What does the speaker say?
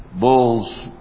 bulls